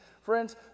Friends